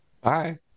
Bye